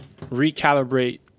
recalibrate